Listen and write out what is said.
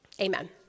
Amen